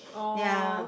oh